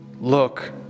Look